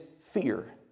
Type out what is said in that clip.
fear